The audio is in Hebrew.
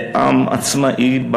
לעם עצמאי,